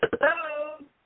Hello